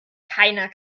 keiner